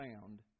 found